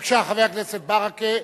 בבקשה, חבר הכנסת ברכה,